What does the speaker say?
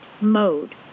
mode